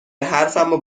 حرفمو